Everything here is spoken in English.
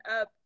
up